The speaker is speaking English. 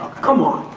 come on.